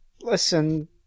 Listen